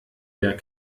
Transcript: der